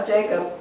Jacob